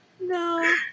no